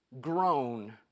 grown